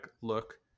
look